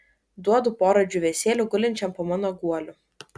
duodu porą džiūvėsėlių gulinčiam po mano guoliu